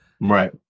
right